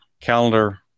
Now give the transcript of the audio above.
calendar